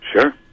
Sure